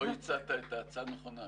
לא הצעת את ההצעה הנכונה.